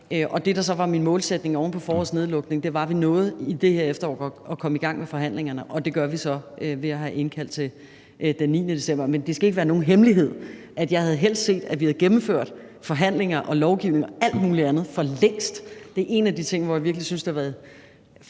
Det, der så var min målsætning oven på forårets nedlukning, var, at vi i det her efterår nåede at komme i gang med forhandlingerne. Det gør vi så ved at have indkaldt til møde den 9. december. Men det skal ikke være nogen hemmelighed, at jeg helst havde set, at vi havde gennemført forhandlinger og lovgivning og alt muligt andet for længst. Det er en af de ting, hvor jeg virkelig synes, at det har været